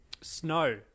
snow